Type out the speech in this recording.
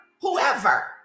whoever